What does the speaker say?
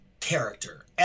character